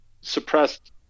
suppressed